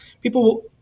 People